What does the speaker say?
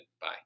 bye